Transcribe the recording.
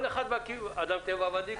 אדם טבע ודין,